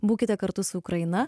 būkite kartu su ukraina